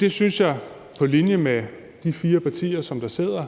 Det synes jeg på linje med de fire partier, som sidder